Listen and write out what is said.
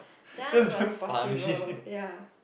done was possible ya